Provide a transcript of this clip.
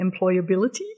employability